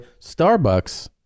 starbucks